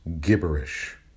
gibberish